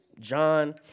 John